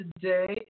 today